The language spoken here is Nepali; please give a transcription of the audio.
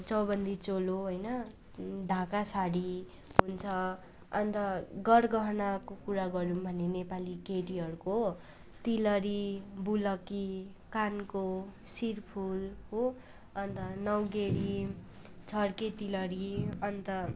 चौबन्दी चोलो होइन ढाका साडी हुन्छ अन्त गरगहनाको कुरा गरौँ भने नेपाली केटीहरूको तिलहरी बुलाकी कानको शिरफुल हो अन्त नौगेडी छड्के तिलहरी अन्त